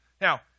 Now